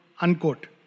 unquote